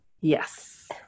Yes